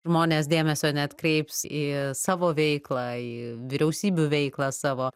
žmonės dėmesio neatkreips į savo veiklą į vyriausybių veiklą savo